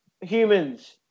humans